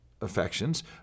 affections